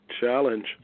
Challenge